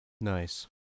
Nice